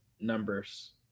numbers